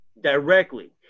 Directly